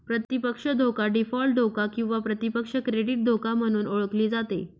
प्रतिपक्ष धोका डीफॉल्ट धोका किंवा प्रतिपक्ष क्रेडिट धोका म्हणून ओळखली जाते